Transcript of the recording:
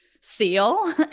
seal